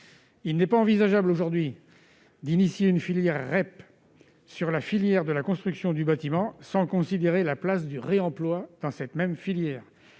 Il n'est pas envisageable aujourd'hui de mettre en place une filière REP dans le secteur de la construction du bâtiment sans considérer la place du réemploi dans cette même filière.